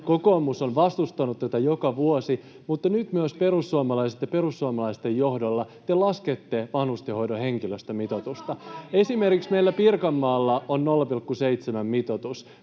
Kokoomus on vastustanut tätä joka vuosi, mutta nyt myös perussuomalaiset, ja perussuomalaisten johdolla te laskette vanhustenhoidon henkilöstömitoitusta. [Sanna Antikainen: Koska on pakko!